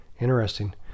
Interesting